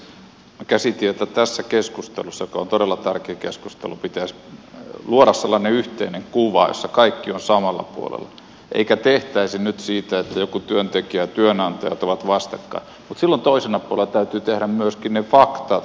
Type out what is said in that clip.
minä käsitin että tässä keskustelussa joka on todella tärkeä keskustelu pitäisi luoda sellainen yhteinen kuva jossa kaikki ovat samalla puolella eikä tehtäisi nyt sitä että joku työntekijä ja työnantaja ovat vastakkain mutta silloin toisena puolena täytyy tehdä myöskin ne faktatilanteet